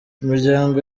imiryango